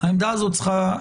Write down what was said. העמדה הזאת צריכה להישמע.